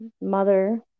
mother